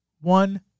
one